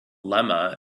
lemma